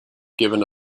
given